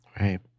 Right